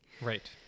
right